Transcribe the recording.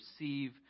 receive